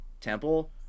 Temple